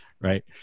right